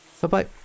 bye-bye